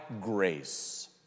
grace